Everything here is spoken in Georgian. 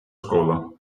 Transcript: სკოლა